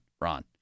Ron